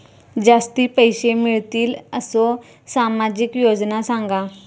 जास्ती पैशे मिळतील असो सामाजिक योजना सांगा?